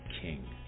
king